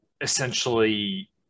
essentially